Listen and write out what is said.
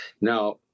Now